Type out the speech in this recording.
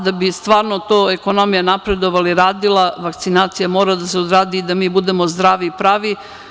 Da bi stvarno ekonomija napredovala i radila, vakcinacija mora da se odradi da mi budemo zdravi i pravi.